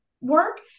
work